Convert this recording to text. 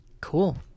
cool